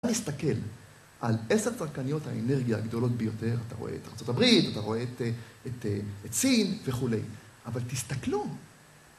תסתכל על עשר שחקניות האנרגיה הגדולות ביותר, אתה רואה את ארה״ב, אתה רואה את סין וכולי, אבל תסתכלו...